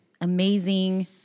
amazing